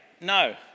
No